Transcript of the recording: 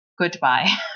goodbye